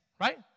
Right